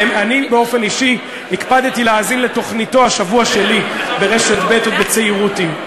אני באופן אישי הקפדתי להאזין לתוכניתו "השבוע שלי" ברשת ב' בצעירותי,